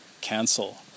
cancel